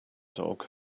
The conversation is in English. dog